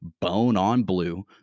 bone-on-blue